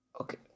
Okay